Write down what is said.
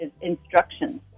instructions